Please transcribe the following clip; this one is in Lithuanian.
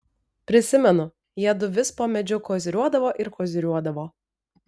prisimenu jiedu vis po medžiu koziriuodavo ir koziriuodavo